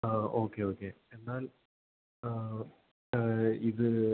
ആ okay okay എന്നാൽ ഇത്